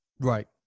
Right